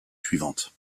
suivantes